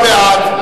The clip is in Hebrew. מי בעד?